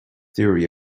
theory